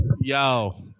yo